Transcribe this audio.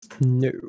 No